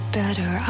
better